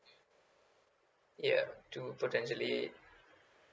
ya to potentially